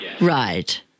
Right